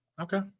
Okay